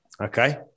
Okay